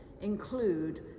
include